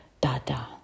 dada